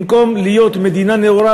במקום להיות מדינה נאורה,